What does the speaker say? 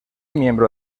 miembro